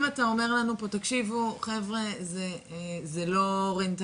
אם אתה אומר לנו פה 'תקשיבו חבר'ה, זה לא רנטבילי,